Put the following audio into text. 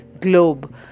globe